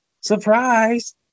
surprise